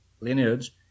lineage